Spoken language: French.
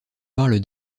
parle